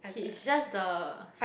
he's just the